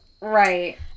Right